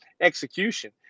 execution